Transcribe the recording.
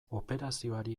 operazioari